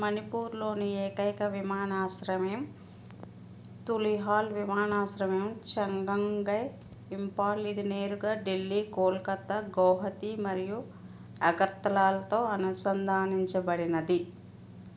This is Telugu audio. మణిపూర్లోని ఏకైక విమానాశ్రయం తులిహాల్ విమానాశ్రయం చంగంగై ఇంపాల్ ఇది నేరుగా ఢిల్లీ కోల్కతా గౌహతి మరియు అగర్తలాతో అనుసంధానించబడినది